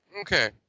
Okay